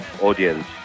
audience